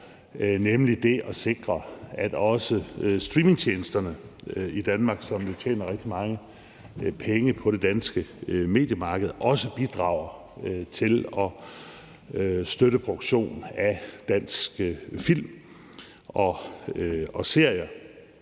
nemlig det at sikre, at streamingtjenesterne i Danmark, som jo tjener rigtig mange penge på det danske mediemarked, også bidrager til at støtte produktion af dansk film og danske